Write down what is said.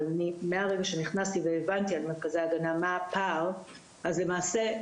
אבל מהרגע שנכנסתי והבנתי את הפער מול